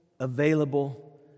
Available